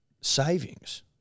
savings